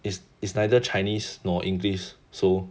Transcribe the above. is is neither chinese nor english so